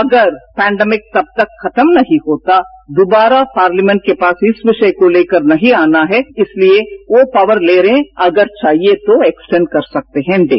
अगर पेंडमिक जब तक खत्म नहीं होता दोबारा पार्लियामेंट के पास इस विषय को लेकर नहीं आना है इसलिए यो पॉवर ले रहे हैं अगर चाहिए तो एक्सटेंड कर सकते हैं सेम डे